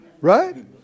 right